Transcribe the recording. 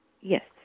Yes